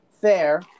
Fair